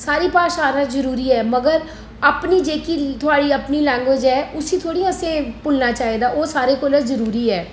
सारी भाशा जरुरी मगर अपनी जेह्की थुआढ़ी अपनी लैंग्वेज ऐ उसी थोह्ड़ी असें भुल्लना चाहिदा ओह् सारे कोला जरुरी ऐ